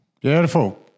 Beautiful